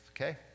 Okay